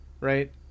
right